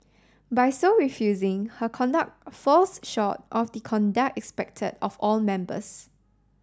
by so refusing her conduct falls short of the conduct expected of all members